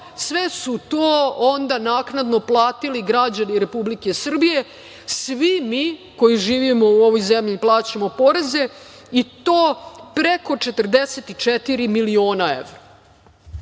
Sve su to onda naknadno platili građani Republike Srbije, svi mi koji živimo u ovoj zemlji i plaćamo poreze i to preko 44 miliona evra. Zato